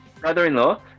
brother-in-law